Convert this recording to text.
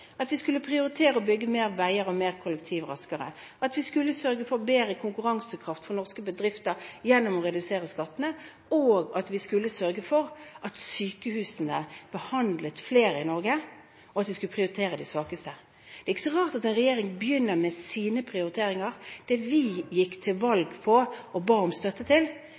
at vi skulle prioritere å bygge mer og raskere innen vei og kollektivtrafikk, at vi skulle sørge for bedre konkurransekraft for norske bedrifter gjennom å redusere skattene, at vi skulle sørge for at sykehusene behandlet flere i Norge, og at vi skulle prioritere de svakeste. Det er ikke så rart at en regjering begynner med sine prioriteringer – det vi gikk til valg på, og ba om støtte til